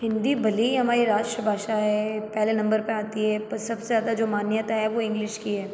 हिंदी भले ही हमारी राष्ट्रभाषा है पहले नंबर पे आती है पर सबसे ज़्यादा जो मान्यता है वो इंग्लिश की है